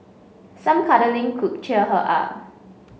some cuddling could cheer her up